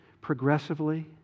progressively